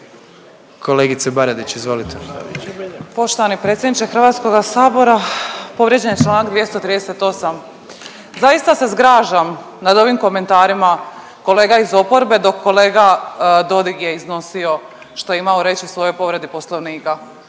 izvolite. **Baradić, Nikolina (HDZ)** Poštovani predsjedniče HS-a. Povrijeđen je čl. 238., zaista se zgražam nad ovim komentarima kolega iz oporbe dok kolega Dodig je iznosio što je imao reći u svojoj povredi poslovnika.